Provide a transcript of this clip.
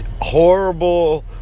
horrible